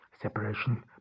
separation